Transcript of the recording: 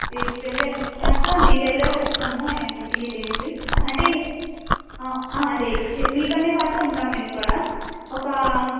తీసుకెళ్ళి మొత్తం డీటైల్గా చెప్తాము ఏమిటి ఇదేంటి అంటే డేకి మీతోపాటే ఉంటాము మేము కూడా ఒక